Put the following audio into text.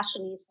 fashionista